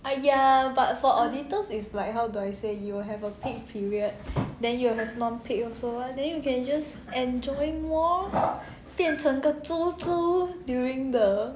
!aiya! but for auditors is like how do I say you will have a peak period then you will have non peak also then you can just enjoy more 变成个猪猪 during the